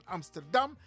Amsterdam